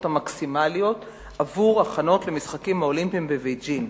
המקסימליות עבור ההכנות למשחקים האולימפיים בבייג'ין,